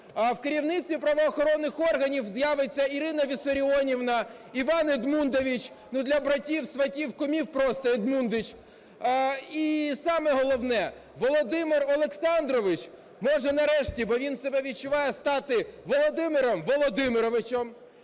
в керівництві правоохоронних органів з'явиться "Ірина Віссаріонівна", "Іван Едмундович", ну для братів-сватів-кумів просто "Едмундич". І, саме головне, Володимир Олександрович, може, нарешті, бо він себе відчуває стати Володимиром Володимировичем,